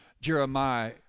Jeremiah